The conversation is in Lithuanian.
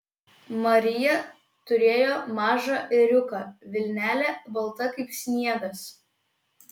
marija turėjo mažą ėriuką vilnelė balta kaip sniegas